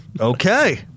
Okay